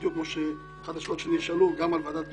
בדיוק כמו שעניתי על אחת השאלות שנשאלה גם על ועדת גולדברג,